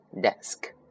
desk